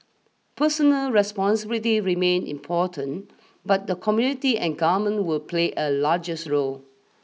personal responsibility remain important but the community and government will play a largest role